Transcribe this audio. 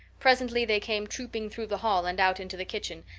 presently they came trooping through the hall and out into the kitchen,